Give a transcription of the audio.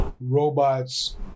robots